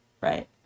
Right